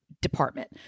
Department